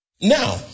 Now